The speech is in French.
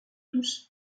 tous